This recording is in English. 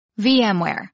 VMware